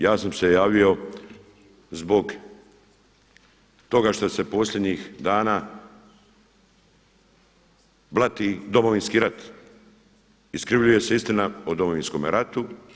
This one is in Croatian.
Ja sam se javio zbog toga što se posljednjih dana blati Domovinski rat, iskrivljuje se istina o Domovinskom ratu.